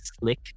slick